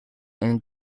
and